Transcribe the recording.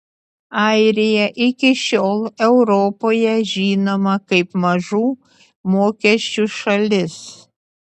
airija iki šiol europoje žinoma kaip mažų mokesčių šalis